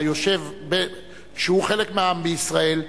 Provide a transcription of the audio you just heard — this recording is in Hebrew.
שהוא חלק מהעם בישראל,